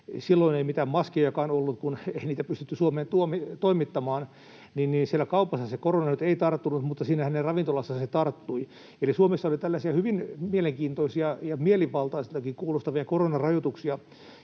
Silloin ei mitään maskejakaan ollut, kun ei niitä pystytty Suomeen toimittamaan. Eli siellä kaupassa se korona ei tarttunut, mutta siinä hänen ravintolassaan se tarttui. Suomessa oli tällaisia hyvin mielenkiintoisia ja mielivaltaiseltakin kuulostavia koronarajoituksia,